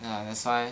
ya that's why